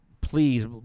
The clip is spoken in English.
please